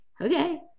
okay